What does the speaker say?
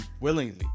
willingly